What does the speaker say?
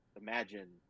imagine